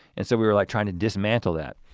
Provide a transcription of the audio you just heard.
and so we were like trying to dismantle that.